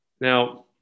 Now